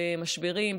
במשברים,